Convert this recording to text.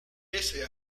ese